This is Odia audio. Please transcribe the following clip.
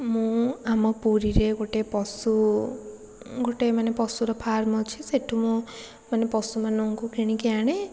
ମୁଁ ଆମ ପୁରୀରେ ଗୋଟେ ପଶୁ ଗୋଟେ ମାନେ ପଶୁର ଫାର୍ମ ଅଛି ସେଇଠୁ ମୁଁ ମାନେ ପଶୁମାନଙ୍କୁ କିଣିକି ଆଣେ